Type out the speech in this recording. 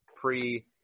pre